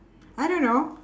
I don't know